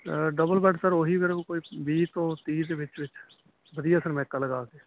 double bed sir ਉਹੀ ਮੇਰੇ ਕੋਲ ਕੋਈ ਵੀਹ ਤੋਂ ਤੀਹ ਦੇ ਵਿੱਚ ਵਿੱਚ ਵਧੀਆ ਸਨਮਾਇਕਾ ਲਗਾ ਕੇ